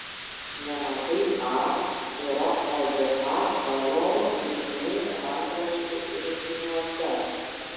nemažai a yra ldk bajorų giminių rankraščių rinkiniuose